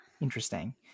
interesting